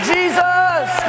Jesus